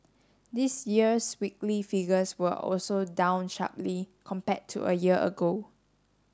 this year's weekly figures were also down sharply compared to a year ago